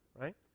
right